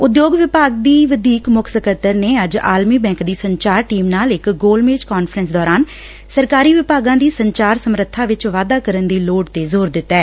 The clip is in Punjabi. ਉਦਯੋਗ ਵਿਭਾਗ ਦੀ ਵਧੀਕ ਮੁੱਖ ਸਕੱਤਰ ਨੇ ਅੱਜ ਆਲਮੀ ਬੈਂਕ ਦੀ ਸੰਚਾਰ ਟੀਮ ਨਾਲ ਇਕ ਗੋਲ ਮੇਜ਼ ਕਾਨਫਰੰਸ ਦੌਰਾਨ ਸਰਕਾਰੀ ਵਿਭਾਗਾਂ ਦੀ ਸੰਚਾਰ ਸਮਰੱਬਾ ਵਿਚ ਵਾਧਾ ਕਰਨ ਦੀ ਲੋੜ ਤੇ ਜੋਰ ਦਿੱਤੈ